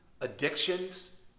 addictions